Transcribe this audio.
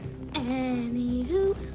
anywho